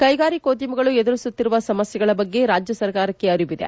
ಕೈಗಾರಿಕೋದ್ಯಮಿಗಳು ಎದುರಿಸುತ್ತಿರುವ ಸಮಸ್ಯೆಗಳ ಬಗ್ಗೆ ರಾಜ್ಯ ಸರ್ಕಾರಕ್ಕೆ ಅರಿವಿದೆ